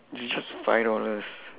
it's just five dollars